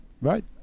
Right